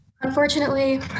Unfortunately